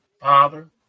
Father